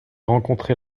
rencontrer